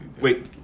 Wait